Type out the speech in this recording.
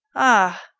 ah!